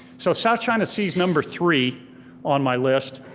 so south china sea's number three on my list.